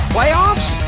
Playoffs